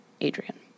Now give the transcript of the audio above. Adrian